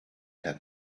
had